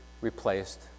replaced